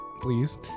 please